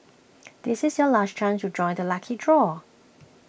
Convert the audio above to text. this is your last chance to join the lucky draw